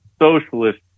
socialist